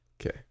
Okay